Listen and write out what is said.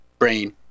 brain